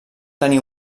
tenir